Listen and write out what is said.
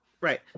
Right